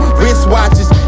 wristwatches